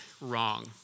wrong